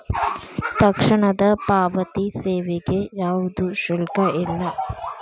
ತಕ್ಷಣದ ಪಾವತಿ ಸೇವೆಗೆ ಯಾವ್ದು ಶುಲ್ಕ ಇಲ್ಲ